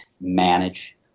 manage